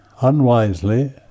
unwisely